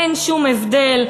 אין שום הבדל.